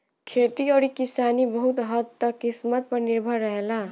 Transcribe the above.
खेती अउरी किसानी बहुत हद्द तक किस्मत पर निर्भर रहेला